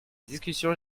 discussion